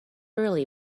early